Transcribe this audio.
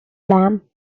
lamp